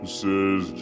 says